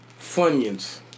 Funyuns